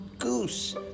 goose